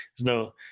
no